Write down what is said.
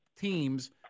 teams